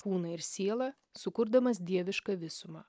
kūną ir sielą sukurdamas dievišką visumą